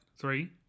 three